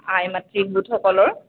আই মাতৃ গোটসকলৰ